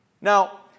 Now